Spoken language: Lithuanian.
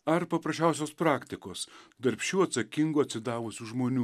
ar paprasčiausios praktikos darbščių atsakingų atsidavusių žmonių